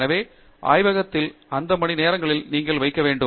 எனவே ஆய்வகத்தில் அந்த மணிநேரங்களில் நீங்கள் வைக்க வேண்டும்